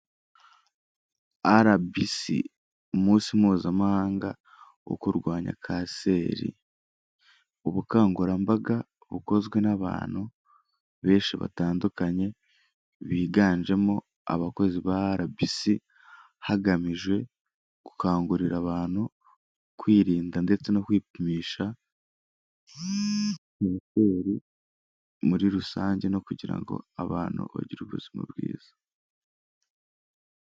RBC umunsi mpuzamahanga wo kurwanya kanseri, ubukangurambaga bukozwe n'abantu benshi batandukanye, biganjemo abakozi ba RBC hagamijwe gukangurira abantu kwirinda ndetse no kwipimisha Kanseri muri rusange no kugira ngo abantu bagire ubuzima bwiza.